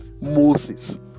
moses